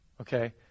Okay